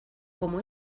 como